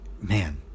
man